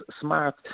smart